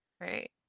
right